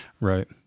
Right